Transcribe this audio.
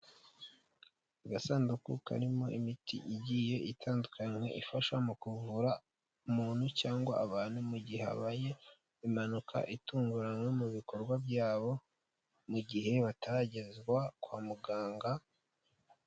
Agasanduku karimo imiti igiye itandukanye ifasha mu kuvura umuntu cyangwa abantu mu gihe habaye impanuka itunguranye mu bikorwa byabo, mu gihe bataragezwa kwa muganga.